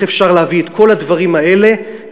אפשר להביא את כל הדברים האלה לכאן,